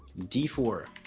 d four